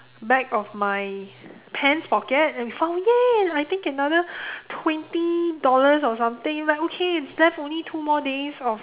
back of my pants pocket and we found !yay! I think another twenty dollars or something like okay it's left only two more days of